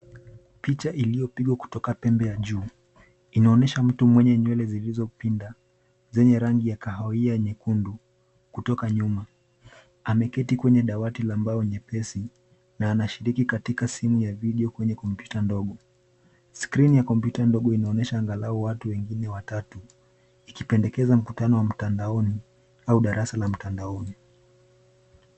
Picha iliyopigwa kutoka pembe ya juu, inaonyesha mtu mwenye nywele zilizopinda zenye rangi ya kahawia nyekundu kutoka nyuma. Ameketi kwenye dawati la mbao nyepesi na anashiriki katika simu ya video kwenye kompyuta ndogo. Skrini ya kompyuta ndogo inaonyesha angalau watu wengine watatu, ikipendekeza mkutano wa mtandaoni au darasa la mtandaoni.